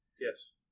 Yes